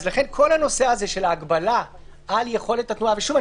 לכן כל הנושא הזה של ההגבלה על יכולת התנועה ושוב,